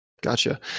Gotcha